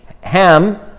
Ham